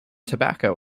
tobacco